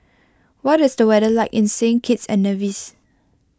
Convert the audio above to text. what is the weather like in Saint Kitts and Nevis